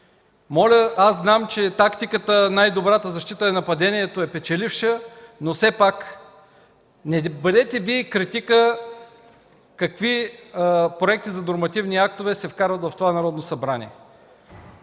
моля, знам, че тактиката „най-добрата защита е нападението” е печеливша, но все пак не бъдете Вие критикът какви проекти за нормативни актове се вкарват в Народното събрание.